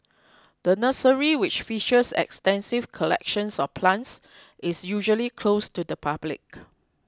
the nursery which features extensive collections of plants is usually closed to the public